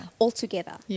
altogether